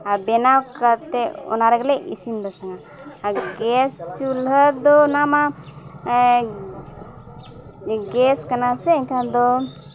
ᱟᱨ ᱵᱮᱱᱟᱣ ᱠᱟᱛᱮᱫ ᱚᱱᱟ ᱨᱮᱜᱮᱞᱮ ᱤᱥᱤᱱ ᱵᱟᱥᱟᱝᱟ ᱟᱨ ᱜᱮᱥ ᱪᱩᱞᱦᱟᱹ ᱫᱚ ᱚᱱᱟ ᱢᱟ ᱜᱮᱥ ᱠᱟᱱᱟ ᱥᱮ ᱮᱱᱠᱷᱟᱱ ᱫᱚ